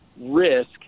risk